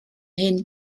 hyn